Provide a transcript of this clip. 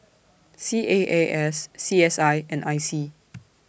C A A S C S I and I C